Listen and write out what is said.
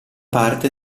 parte